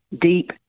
deep